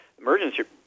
Emergency